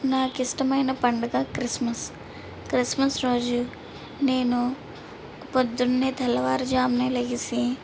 నాకు ఇష్టమైన పండుగ క్రిస్మస్ క్రిస్మస్ రోజు నేను పొద్దున్నే తెల్లవారుజామునే లేచి